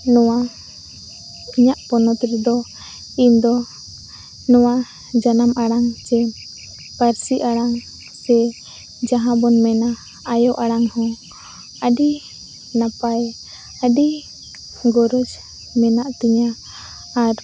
ᱱᱚᱣᱟ ᱤᱧᱟᱹᱜ ᱯᱚᱱᱚᱛ ᱨᱮᱫᱚ ᱤᱧᱫᱚ ᱱᱚᱣᱟ ᱡᱟᱱᱟᱢ ᱟᱲᱟᱝ ᱪᱮ ᱯᱟᱹᱨᱥᱤ ᱟᱲᱟᱝ ᱥᱮ ᱡᱟᱦᱟᱸ ᱵᱚᱱ ᱢᱮᱱᱟ ᱟᱭᱳ ᱟᱲᱟᱝ ᱦᱚᱸ ᱟᱹᱰᱤ ᱱᱟᱯᱟᱭ ᱟᱹᱰᱤ ᱜᱚᱨᱚᱡᱽ ᱢᱮᱱᱟᱜᱛᱤᱧᱟᱹ ᱟᱨ